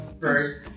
First